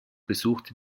besuchte